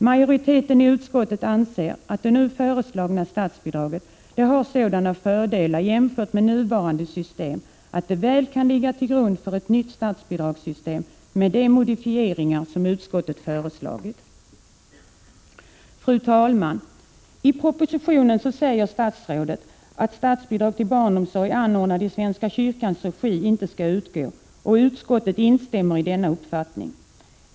Majoriteten i utskottet anser att det nu föreslagna statsbidraget har sådana fördelar jämfört med nuvarande system att det väl kan ligga till grund för ett nytt statsbidragssystem med de modifieringar som utskottet föreslagit. Fru talman! I propositionen anför föredragande statsrådet att statsbidrag till barnomsorg anordnad i svenska kyrkans regi inte skall utgå. Utskottet instämmer i denna uppfattning.